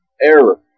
error